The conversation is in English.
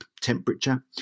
temperature